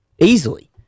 Easily